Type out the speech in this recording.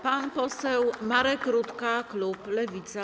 Pan poseł Marek Rutka, klub Lewica.